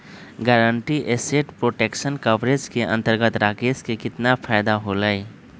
Guaranteed asset protection coverage के अंतर्गत राकेश के कितना फायदा होलय?